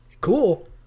Cool